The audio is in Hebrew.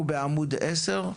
אנחנו בעמוד 10,